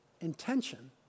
intention